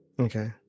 Okay